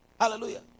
Hallelujah